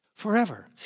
forever